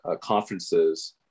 conferences